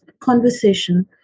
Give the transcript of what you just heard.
conversation